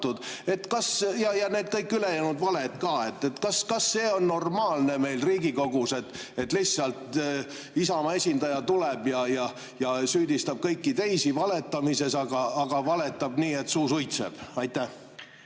Ja kõik need ülejäänud valed ka. Kas see on normaalne meil Riigikogus, et lihtsalt Isamaa esindaja tuleb ja süüdistab kõiki teisi valetamises, aga ise valetab nii, et suu suitseb? Aitäh!